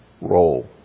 role